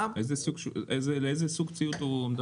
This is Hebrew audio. איזה סוג ציוד